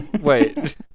wait